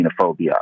xenophobia